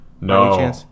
No